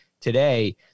today